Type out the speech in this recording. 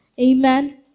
Amen